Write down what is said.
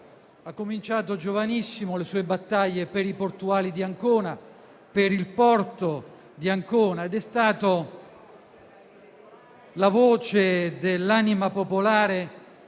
Ha cominciato da giovanissimo le sue battaglie per i portuali di Ancona e per il porto di Ancona. È stato la voce dell'anima popolare